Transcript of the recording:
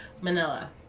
Manila